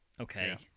okay